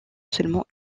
seulement